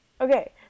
Okay